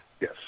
Yes